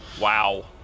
Wow